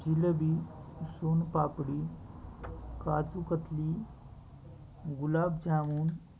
jalebi sonpapdi kaju katli gulab jamun